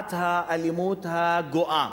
תופעת האלימות הגואה